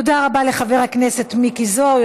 תודה רבה לחבר הכנסת מיקי זוהר,